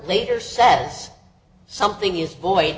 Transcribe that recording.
later says something is boy